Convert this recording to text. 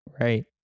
Right